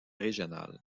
régionales